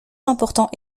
importants